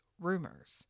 rumors